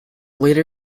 later